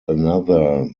another